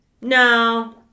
no